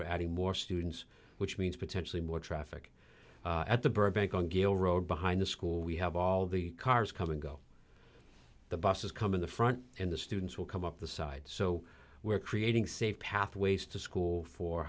we're adding more students which means potentially more traffic at the burbank on gail road behind the school we have all the cars come and go the buses come in the front and the students will come up the side so we're creating safe pathways to school for